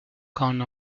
kong